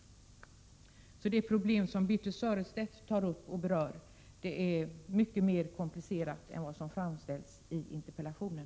Det problem som Birthe Sörestedt berör är alltså mycket mer komplicerat än hon framställer det i interpellationen.